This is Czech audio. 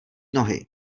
nohy